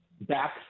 back